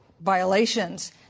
violations